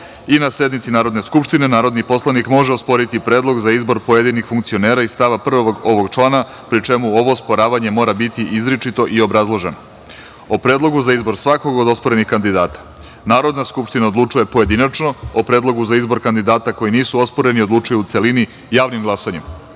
i na sednici Narodne skupštine, narodni poslanik može osporiti predlog za izbor pojedinih funkcionera, iz stava 1. ovog člana, pri čemu ovo osporavanje mora biti izričito i obrazloženo.O predlogu za izbor svakog od osporenih kandidata, Narodna skupština odlučuje pojedinačno, o predlogu za izbor kandidata koji nisu osporeni odlučuju u celini javnim glasanjem.U